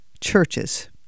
churches